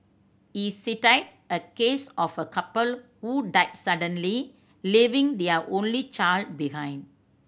he cited a case of a couple who died suddenly leaving their only child behind